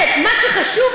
מה שחשוב,